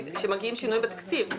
שמגיעים שינויים בתקציבים.